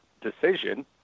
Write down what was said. decision